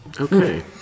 Okay